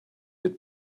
had